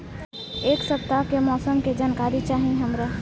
एक सपताह के मौसम के जनाकरी चाही हमरा